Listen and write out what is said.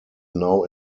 now